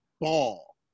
ball